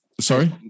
Sorry